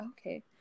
okay